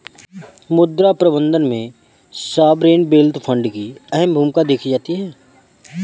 मुद्रा प्रबन्धन में सॉवरेन वेल्थ फंड की अहम भूमिका देखी जाती है